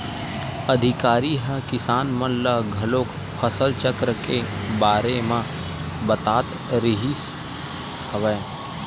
अधिकारी ह किसान मन ल घलोक फसल चक्र के बारे म बतात रिहिस हवय